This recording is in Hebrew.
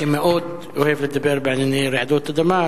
שמאוד אוהב לדבר בענייני רעידות אדמה,